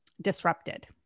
disrupted